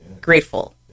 Grateful